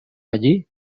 allí